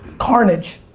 carnage.